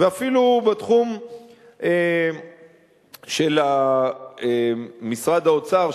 ואפילו בתחום של משרד האוצר,